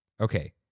Okay